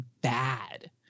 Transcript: bad